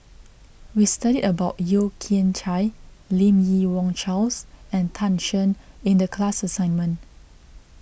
we studied about Yeo Kian Chai Lim Yi Yong Charles and Tan Shen in the class assignment